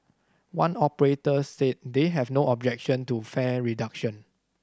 one operator said they have no objection to fare reduction